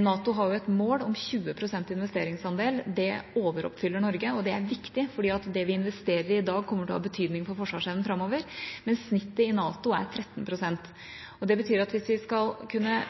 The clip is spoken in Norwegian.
NATO har et mål om 20 pst. investeringsandel – det overoppfyller Norge, og det er viktig fordi det vi investerer i i dag, kommer til å ha betydning for forsvarsevnen framover – mens snittet i NATO er 13 pst. Det betyr at hvis vi skal kunne